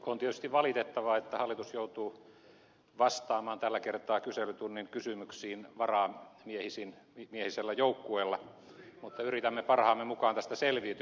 on tietysti valitettavaa että hallitus joutuu vastaamaan tällä kertaa kyselytunnin kysymyksiin varamiehisellä joukkueella mutta yritämme parhaamme mukaan tästä selviytyä